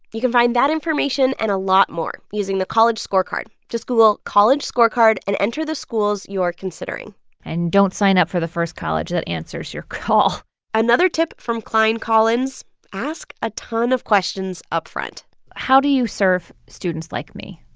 you can find that information and a lot more using the college scorecard. just google college scorecard and enter the schools you are considering and don't sign up for the first college that answers your call another tip from klein-collins ask a ton of questions upfront how do you serve students like me,